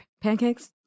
pancakes